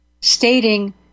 stating